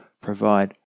provide